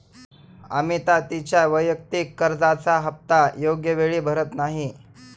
अमिता तिच्या वैयक्तिक कर्जाचा हप्ता योग्य वेळी भरत नाही